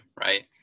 Right